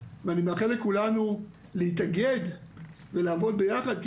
ואני מאחל לכולנו להתאגד ולעבוד ביחד,